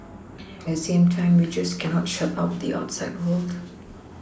at the same time we just cannot shut out the outside world